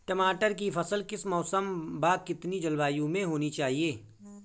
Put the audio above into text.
टमाटर की फसल किस मौसम व कितनी जलवायु में होनी चाहिए?